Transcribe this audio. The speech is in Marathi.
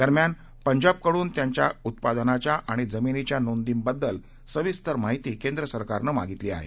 दरम्यान पंजाबकडून त्यांच्या उत्पादनाच्या आणि जमिनीच्या नोंदींबद्दल सविस्तर माहिती केंद्रसरकारनं मागितली आहे